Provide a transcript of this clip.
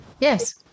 Yes